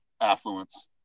affluence